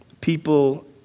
people